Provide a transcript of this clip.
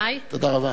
תודה רבה, כן.